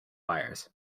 wires